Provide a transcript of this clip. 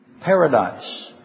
paradise